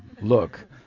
look